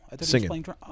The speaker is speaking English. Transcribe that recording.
Singing